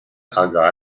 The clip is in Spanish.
haga